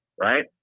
right